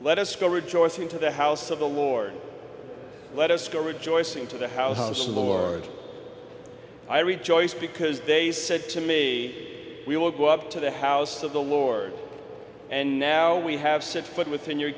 let us go rejoicing to the house of the lord let us go rejoicing to the house of the lord i read joyce because they said to me we will go up to the house of the lord and now we have set foot within your